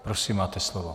Prosím, máte slovo.